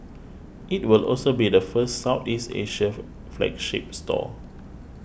it will also be the first Southeast Asia flagship store